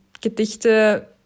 Gedichte